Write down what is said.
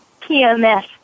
PMS